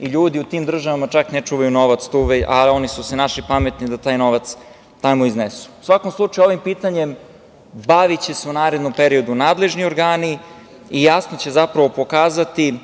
ljudi u tim državama čak ne čuvaju novac, a oni su se našli pametni da taj novac tamo iznesu.U svakom slučaju, ovim pitanjem baviće se u narednom periodu nadležni organi i jasno će zapravo pokazati